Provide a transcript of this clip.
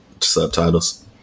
subtitles